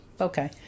okay